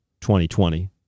2020